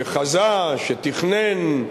שחזה, שתכנן,